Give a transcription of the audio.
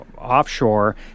Offshore